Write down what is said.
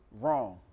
wrong